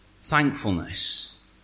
thankfulness